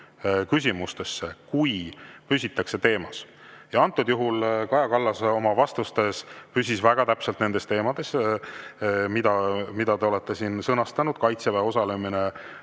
küsimustesse, kui püsitakse teemas. Antud juhul Kaja Kallas püsis oma vastustes väga täpselt teemas, mille te olete siin sõnastanud: Kaitseväe osalemine